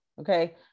okay